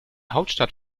hauptstadt